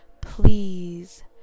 please